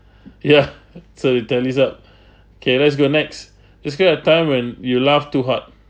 ya so you tell this lah kay let's go next describe a time when you laughed too hard